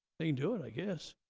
they can do it i guess.